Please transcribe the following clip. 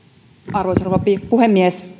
arvoisa rouva puhemies